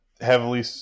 heavily